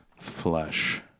Flesh